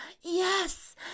yes